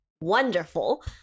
Wonderful